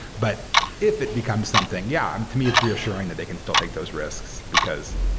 but if it becomes something yeah, to me it's reassuring that they can still take those risks because,